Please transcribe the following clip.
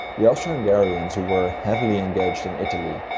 the austro-hungarians, who were heavily engaged in italy,